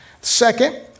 Second